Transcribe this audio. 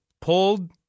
pulled